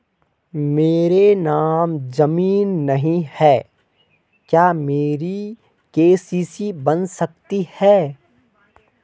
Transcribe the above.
मेरे नाम ज़मीन नहीं है क्या मेरी के.सी.सी बन सकती है?